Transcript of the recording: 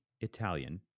Italian